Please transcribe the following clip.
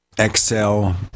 excel